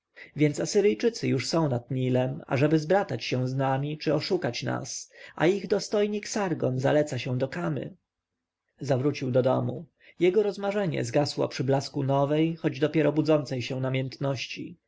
więc asyryjczycy już są nad nilem ażeby zbratać się z nami czy oszukać nas a ich dostojnik sargon zaleca się do kamy zawrócił do domu jego rozmarzenie zgasło przy blasku nowej choć dopiero budzącej się namiętności